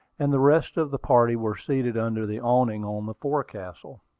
and the rest of the party were seated under the awning on the forecastle.